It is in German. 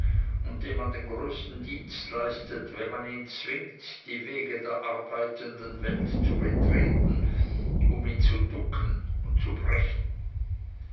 und dem man den größten dienst leistet wenn man ihn zwingt die wege der arbeitenden welt zu betreten um ihn zu ducken und zu brechen